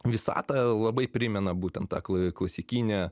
visata labai primena būtent tą kla klasikinę